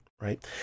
right